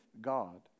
God